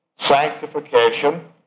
sanctification